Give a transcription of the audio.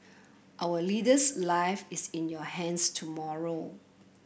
our leader's life is in your hands tomorrow